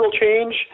change